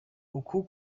uku